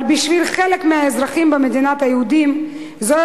אבל בשביל חלק מהאזרחים במדינת היהודים זוהי